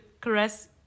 caress